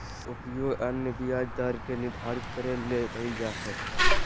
उपयोग अन्य ब्याज दर के निर्धारित करे ले कइल जा हइ